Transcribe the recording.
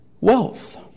wealth